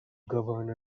governed